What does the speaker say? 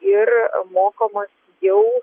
ir mokomas jau